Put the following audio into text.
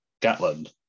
Gatland